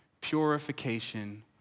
purification